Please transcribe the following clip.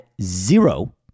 zero